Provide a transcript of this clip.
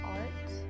art